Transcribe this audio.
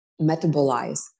metabolize